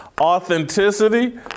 Authenticity